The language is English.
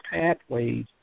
pathways